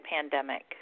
pandemic